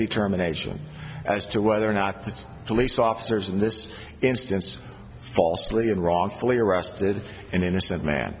determination as to whether or not that's police officers in this instance falsely and wrongfully arrested an innocent man